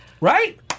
Right